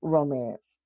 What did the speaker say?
Romance